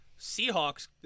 Seahawks